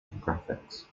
graphics